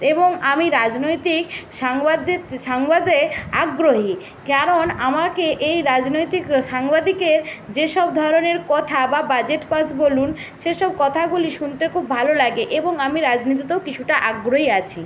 এবং আমি রাজনৈতিক সাংবাদে সংবাদে আগ্রহী কারণ আমাকে এই রাজনৈতিক সাংবাদিকের যেসব ধরনের কথা বা বাজেট পাস বলুন সেসব কথাগুলি শুনতে খুব ভালো লাগে এবং আমি রাজনীতিতেও কিছুটা আগ্রহী আছি